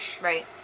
right